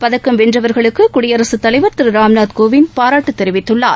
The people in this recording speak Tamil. பதக்கம் வென்றவர்களுக்கு குடியரசுத்தலைவர் திரு ராம்நாத் கோவிந்த் பாராட்டு தெரிவித்துள்ளார்